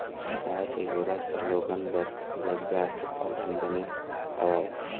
गाय के गोरस ह लोगन बर रोजगार के साधन बने हवय